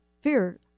fear